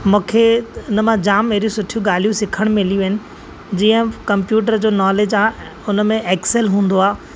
मूंखे हिन मां जाम अहिड़ियूं सुठियूं ॻाल्हियूं सिखण मिलयूं आहिनि जीअं कम्प्यूटर जो नॉलेज आहे हुन में एक्सेल हूंदो आहे